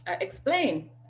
explain